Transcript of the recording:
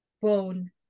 bone